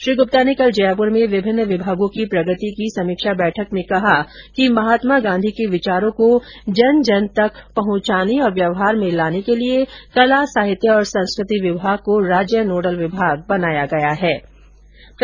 श्री गुप्ता ने कल जयपुर में विभिन्न विभागों की प्रगति की समीक्षा बैठक में कहा कि महात्मा गांधी के विचारों को जन जन तक पहुंचाने और व्यवहार में लाने के लिए कला साहित्य और संस्कृति विभाग को राज्य नोडल विभाग बनाकर विभिन्न विभागों की जिम्मेदारी तय की गई है